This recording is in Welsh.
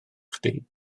chdi